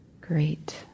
great